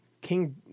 King